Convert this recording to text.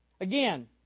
Again